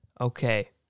Okay